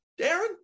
darren